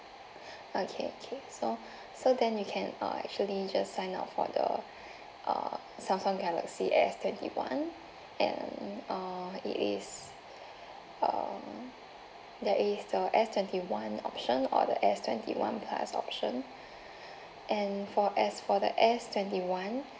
okay okay so so then you can uh actually just sign up for the uh samsung galaxy S twenty one and uh it is uh there is the S twenty one option or the S twenty one plus option and for as for the S twenty one